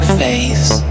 face